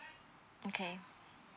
okay